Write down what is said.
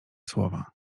słowa